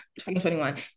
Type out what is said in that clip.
2021